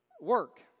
work